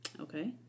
Okay